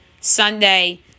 Sunday